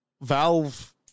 Valve